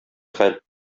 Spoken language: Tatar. хәл